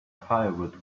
firewood